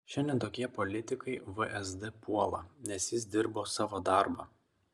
šiandien tokie politikai vsd puola nes jis dirbo savo darbą